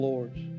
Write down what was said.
Lords